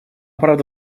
правда